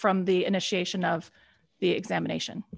from the initiation of the examination